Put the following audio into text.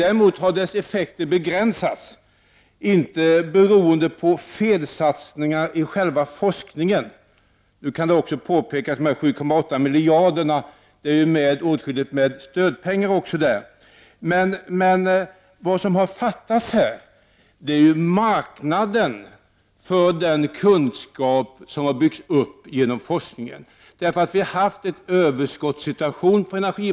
Däremot har dess effekter begränsats, men det beror inte på felsatsningar i själva forskningen. Det kan påpekas att de 7—8 miljarder kronorna delvis är stödpengar. Men vad som har fattats är marknaden för den kunskap som har byggts upp genom forskningen. På energimarknaden har det rått överskott.